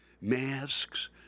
Masks